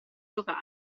locali